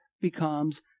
becomes